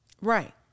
Right